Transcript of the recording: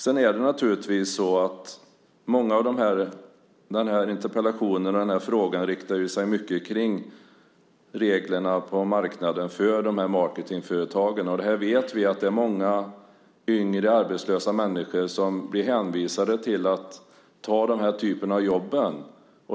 Den här interpellationen och frågan handlar mycket om reglerna på marknaden för marketingföretagen, och vi vet att det är många yngre, arbetslösa människor som blir hänvisade till att ta den här typen av jobb.